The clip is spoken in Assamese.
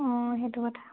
অঁ সেইটো কথা